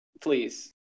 please